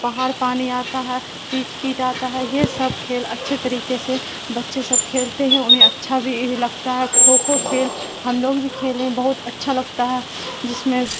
بہڑ پانی آتا ہے کیٹ کیٹ آتا ہے یہ سب کھیل اچھے طریقے سے بچے سب کھیلتے ہیں انہیں اچھا بھی یہی لگتا ہے کھوکھو کھیل ہم لوگ بھی کھیلیں بہت اچھا لگتا ہے جس میں